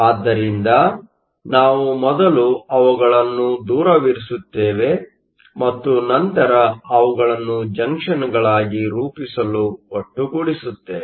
ಆದ್ದರಿಂದ ನಾವು ಮೊದಲು ಅವುಗಳನ್ನು ದೂರವಿರಿಸುತ್ತೇವೆ ಮತ್ತು ನಂತರ ಅವುಗಳನ್ನು ಜಂಕ್ಷನ್ಗಳಾಗಿ ರೂಪಿಸಲು ಒಟ್ಟುಗೂಡಿಸುತ್ತೇವೆ